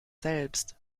selbst